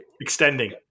extending